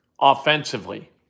offensively